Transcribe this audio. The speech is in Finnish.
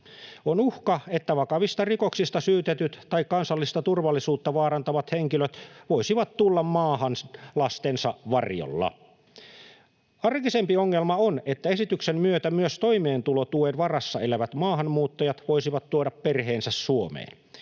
On uhka, että vakavista rikoksista syytetyt tai kansallista turvallisuutta vaarantavat henkilöt voisivat tulla maahan lastensa varjolla. Arkisempi ongelma on, että esityksen myötä myös toimeentulotuen varassa elävät maahanmuuttajat voisivat tuoda perheensä Suomeen.